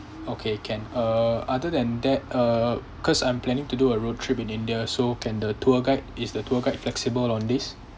okay can uh other than that uh cause I'm planning to do a road trip in india so can the tour guide is the tour guide flexible on this